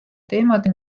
teemadel